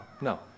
no